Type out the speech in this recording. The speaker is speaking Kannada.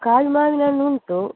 ಕಾಡು ಮಾವಿನಣ್ಣು ಉಂಟು